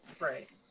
right